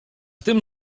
tym